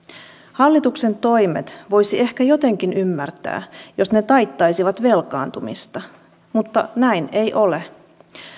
hallituksen toimet voisi ehkä jotenkin ymmärtää jos ne taittaisivat velkaantumista mutta näin ei ole